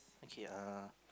okay uh